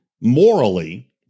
morally